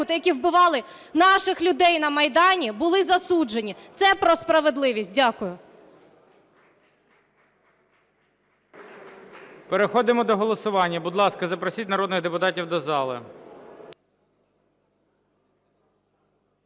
які вбивали наших людей на Майдані, були засуджені. Це про справедливість. Дякую. ГОЛОВУЮЧИЙ. Переходимо до голосування. Будь ласка, запросіть народних депутатів до зали.